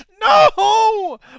No